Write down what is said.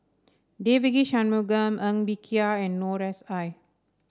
Devagi Sanmugam Ng Bee Kia and Noor S I